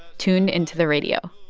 tuned into the radio.